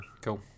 cool